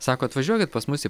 sako atvažiuokit pas mus į